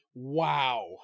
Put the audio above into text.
Wow